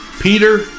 Peter